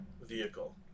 vehicle